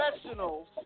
professionals